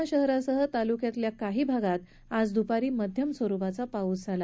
जालना शहरासह तालुक्यातल्या काही भागात आज दूपारी मध्यम स्वरूपाचा पाऊस झाला